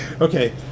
Okay